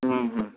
હમ હમ